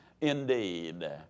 indeed